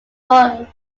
lord